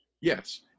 Yes